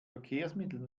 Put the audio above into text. verkehrsmitteln